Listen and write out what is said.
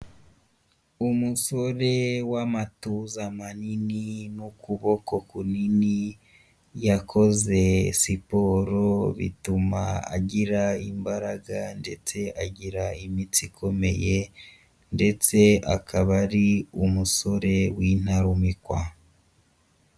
Umusore w'amatuza manini n'ukuboko kunini yakoze siporo bituma agira imbaraga ndetse agira imitsi ikomeye ndetse akaba ari n'umusore w'intarumikwa.